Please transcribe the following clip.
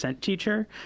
teacher